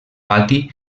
pati